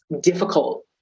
difficult